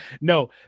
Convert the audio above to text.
No